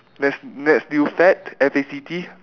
next next new fact F A C T